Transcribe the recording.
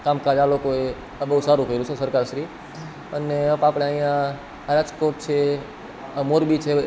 કામકાજ આ લોકોએ બહુ સારું કર્યું છે સરકારશ્રીએ અને આપણે અહીં રાજકોટ છે આ મોરબી છે